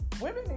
women